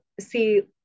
see